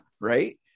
right